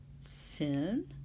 Sin